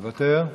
מוותר,